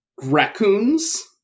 raccoons